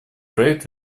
проект